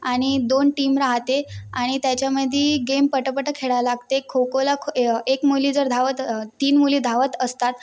आणि दोन टीम राहते आणि त्याच्यामध्ये गेम पटापटा खेळायला लागते खो खोला खो एक मुली जर धावत तीन मुली धावत असतात